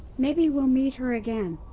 maybe we'll meet her again.